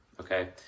okay